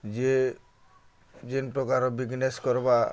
ଯିଏ ଯେନ୍ ପ୍ରକାର ବିଜ୍ନେସ୍ କର୍ବା